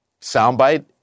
soundbite